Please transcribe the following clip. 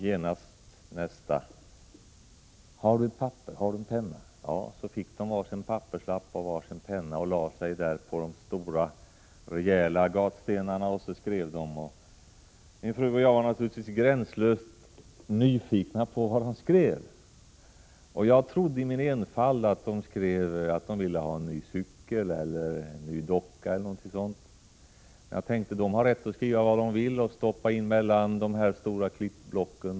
Genast kom nästa fråga: ”Har du ett papper, har du en penna?” Så fick de varsin papperslapp och varsin penna och lade sig på de stora, rejäla gatstenarna och skrev. Min fru och jag var naturligtvis gränslöst nyfikna på vad de skrev. Jag trodde i min enfald att de skrev att de ville ha en ny cykel eller en ny docka eller något sådant. Jag tänkte att de har rätt att skriva vad de vill och stoppa in sina tankar mellan de stora klippblocken.